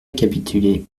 capitulé